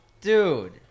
Dude